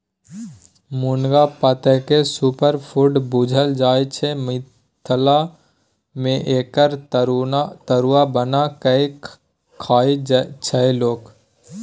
मुनगा पातकेँ सुपरफुड बुझल जाइ छै मिथिला मे एकर तरुआ बना कए खाइ छै लोक